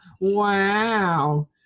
wow